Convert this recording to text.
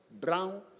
brown